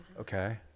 Okay